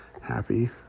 happy